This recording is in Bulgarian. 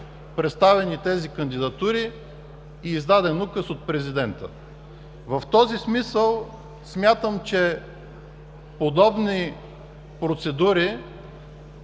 представени тези кандидатури и издаден указ от президента. В този смисъл смятам, че подобни процедури